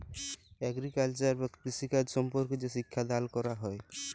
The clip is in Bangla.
এগ্রিকালচার বা কৃষিকাজ সম্বন্ধে যে শিক্ষা দাল ক্যরা হ্যয়